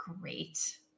Great